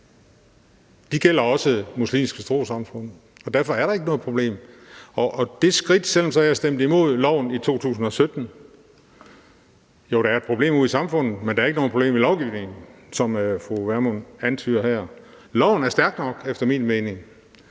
De gælder også muslimske trossamfund, og derfor er der ikke noget problem. Det siger jeg, selv om jeg stemte imod loven i 2017. Jo, der er et problem ude i samfundet, men der er ikke noget problem i lovgivningen, som fru Pernille Vermund antyder her. Loven er efter min mening